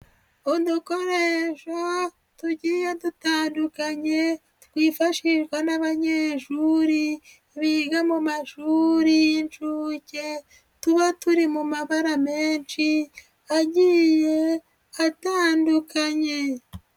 Udukoresho tugiye dutandukanye twifashishwa n'abanyeshuri biga mu mashuri y'inshuke tuba turi mu mabara menshi agiye atandukanye.